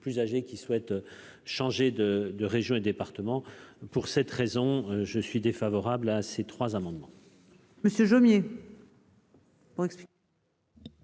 plus âgés souhaitant changer de région ou de département. Par conséquent, je suis défavorable à ces trois amendements.